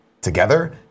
together